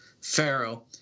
Pharaoh